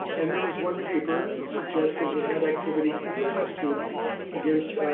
and there was one paper that suggested it had activity in the test tube against